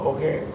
Okay